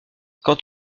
quant